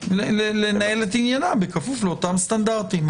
לנהל את עניינם בכפוף לאותם סטנדרטים?